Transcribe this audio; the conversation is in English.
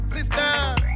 Sisters